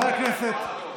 איתן,